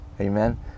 amen